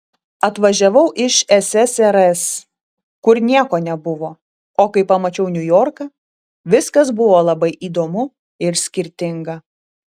atvažiavau iš ssrs kur nieko nebuvo o kai pamačiau niujorką viskas buvo labai įdomu ir skirtinga